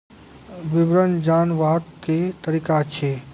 विवरण जानवाक की तरीका अछि?